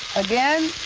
again,